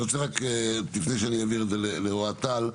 לפני שאעביר את זה לאוהד טל,